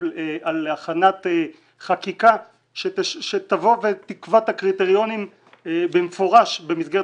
הכנת חקיקה שתבוא ותקבע את הקריטריונים במפורש במסגרת